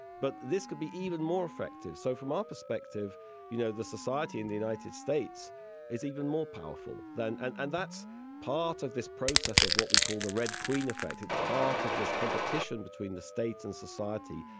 but this could be even more effective. so from our perspective you know the society in the united states is even more powerful than. and and that's part of this process of what we call the red queen effect. it's part of this competition between the states and society.